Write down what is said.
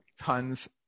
tons